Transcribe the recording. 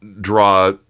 draw